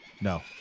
no